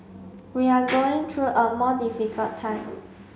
we are going through a more difficult time